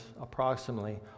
approximately